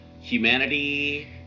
humanity